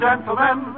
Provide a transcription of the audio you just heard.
Gentlemen